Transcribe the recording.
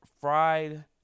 fried